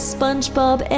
SpongeBob